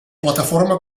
plataforma